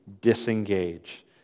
disengage